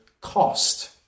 cost